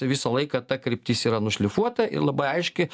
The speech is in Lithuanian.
tai visą laiką ta kryptis yra nušlifuota ir labai aiškiai